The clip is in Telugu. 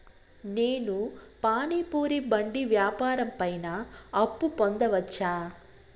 నేను పానీ పూరి బండి వ్యాపారం పైన అప్పు పొందవచ్చా?